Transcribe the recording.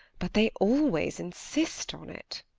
but they always insist on it!